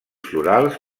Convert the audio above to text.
florals